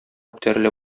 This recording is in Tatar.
күтәрелә